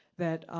that